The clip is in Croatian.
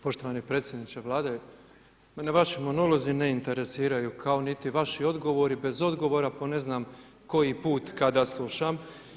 Poštovani predsjedniče Vlade, mene vaši monolozi ne interesiraju kao niti vaši odgovori bez odgovara po ne znam koji put kada slušam.